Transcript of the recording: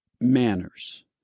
manners